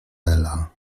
ela